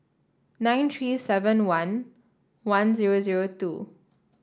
nine three seven one one zero zero two